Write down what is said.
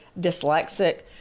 dyslexic